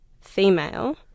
female